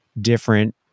different